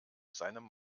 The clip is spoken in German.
seinem